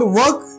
work